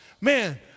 man